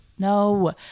No